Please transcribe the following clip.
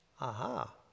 Aha